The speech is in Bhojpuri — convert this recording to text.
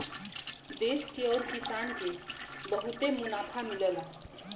देस के आउर किसान के बहुते मुनाफा मिलला